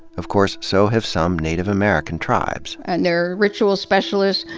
of course, so have some native american tribes. and there are ritual specialists,